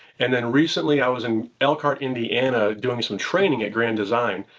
and then, recently, i was in elkhart, indiana, doing some training at grand design,